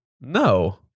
No